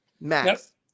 Max